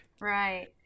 Right